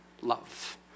love